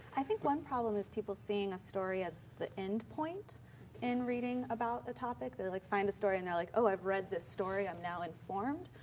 i think one problem is people seeing a story as the end point in reading about a topic. they'll like find a story and they're like oh, i've read story, i'm now informed.